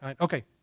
Okay